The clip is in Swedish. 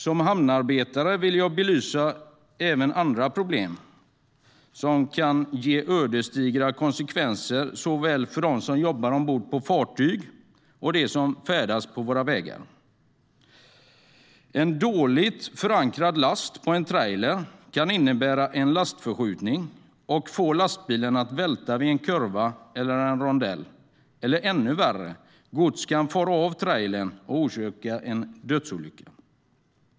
Som hamnarbetare vill jag belysa ett problem som kan ge ödesdigra konsekvenser såväl för dem som jobbar ombord på fartyg som för dem som färdas på våra vägar. En dåligt förankrad last på en trailer kan innebära en lastförskjutning som kan få lastbilen att välta vid en kurva eller rondell, eller ännu värre - gods kan fara av trailern och orsaka en dödsolycka.